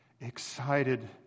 excited